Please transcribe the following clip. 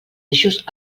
eixos